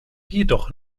jedoch